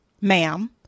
ma'am